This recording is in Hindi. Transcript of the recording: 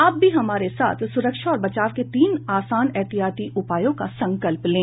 आप भी हमारे साथ सुरक्षा और बचाव के तीन आसान एहतियाती उपायों का संकल्प लें